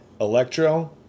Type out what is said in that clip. Electro